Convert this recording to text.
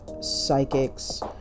psychics